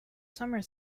summer